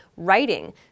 writing